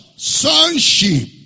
Sonship